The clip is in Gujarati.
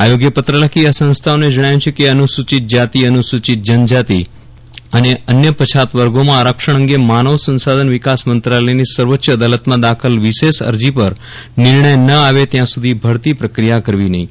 આયોગે પત્ર લખી આ સંસ્થાઓને જણાવ્યું કે અનુસૂચિત જાતિ અનુસૂચિત જનજાતિ અને અન્ય પછાત વર્ગોમાં આરક્ષણ અંગે માનવ સંશાધન વિકાસ મંત્રાલયની સર્વોચ્ય અદાલતમાં દાખલ વિશેષ અરજી પર નિર્ણય ન આવે ત્યાં સુધી ભરતી પ્રક્રિયા કરવી નહીં